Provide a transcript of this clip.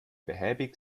behäbig